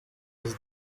ati